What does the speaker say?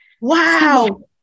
Wow